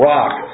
Rock